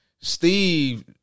Steve